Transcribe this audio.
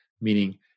meaning